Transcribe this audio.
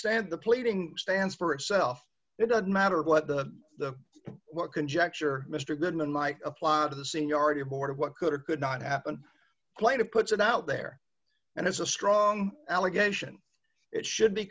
stand the pleading stands for itself it doesn't matter what the the what conjecture mister goodman might apply to the seniority board of what could or could not happen quite of puts it out there and it's a strong allegation it should be